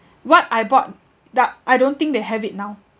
what I bought that I don't think they have it now